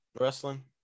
wrestling